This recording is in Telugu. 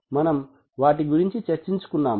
మనం వాటి గురించి చర్చించుకున్నాము